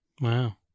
Wow